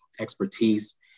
expertise